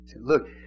Look